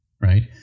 Right